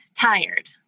tired